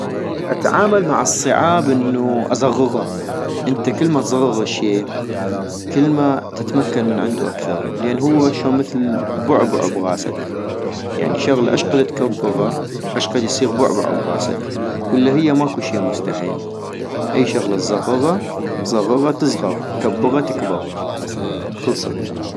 اتعامل مع الصعاب انو اصغغا - انت كلما تصغغ الشي كلما تتمكن من عندو اكثغ، لان هو اشون مثل بعبع بغاسك ، يعني شغلة اشقد تكبغا اشقد يصيغ بعبع بغاسك ، والا هي ماكو شي مستحيل - اي شغلة تصغغا صغغا تصغغ كبغا تكبغ ، خلصت